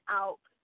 out